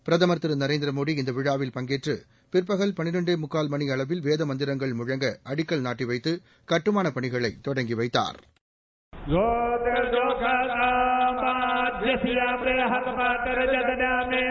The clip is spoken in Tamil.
பிரதமர் திரு நரேந்திரமோடி இந்த விழாவில் பங்கேற்று பிற்பகல் பள்ரெண்டே முக்கால் மணி அளவில் வேத மந்திரங்கள் முழங்க அடிக்கல் நாட்டி வைத்து கட்டுமானப் பணிகளை தொடங்கி வைத்தாா்